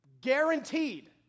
guaranteed